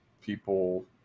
people